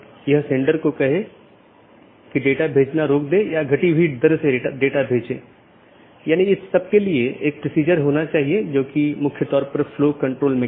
इसलिए सूचनाओं को ऑटॉनमस सिस्टमों के बीच आगे बढ़ाने का कोई रास्ता होना चाहिए और इसके लिए हम BGP को देखने की कोशिश करते हैं